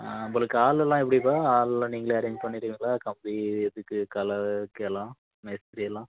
ஆ நம்பளுக்கு ஆள்லெல்லாம் எப்படிப்பா ஆள்லெல்லாம் நீங்களே அரேஞ்ச் பண்ணிடுவீங்களா கம்பி அதுக்கு கலக்கு எல்லா மேஸ்திரி எல்லாம்